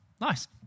Nice